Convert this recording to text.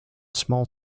small